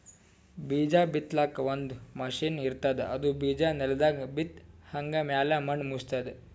ಬೀಜಾ ಬಿತ್ತಲಾಕ್ ಒಂದ್ ಮಷಿನ್ ಇರ್ತದ್ ಅದು ಬಿಜಾ ನೆಲದಾಗ್ ಬಿತ್ತಿ ಹಂಗೆ ಮ್ಯಾಲ್ ಮಣ್ಣ್ ಮುಚ್ತದ್